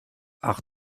ach